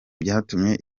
byatumye